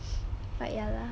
but ya lah